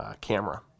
camera